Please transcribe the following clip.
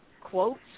quotes